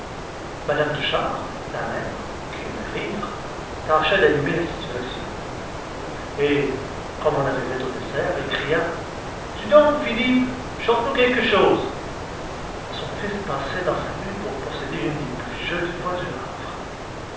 mme touchard la mère qui aimait rire tâchait d'animer la situation et comme on arrivait au dessert elle cria dis donc philippe chante nous quelque chose son fils passait dans sa rue pour posséder une des plus jolies voix du havre